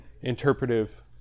interpretive